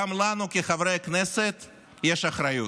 גם לנו כחברי כנסת יש אחריות.